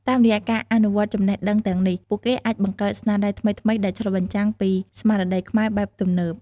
តាមរយៈការអនុវត្តចំណេះដឹងទាំងនេះ ពួកគេអាចបង្កើតស្នាដៃថ្មីៗដែលឆ្លុះបញ្ចាំងពីស្មារតីខ្មែរបែបទំនើប។